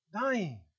dying